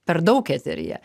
per daug eteryje